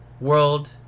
world